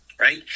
right